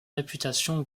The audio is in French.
réputation